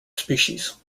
species